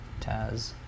Taz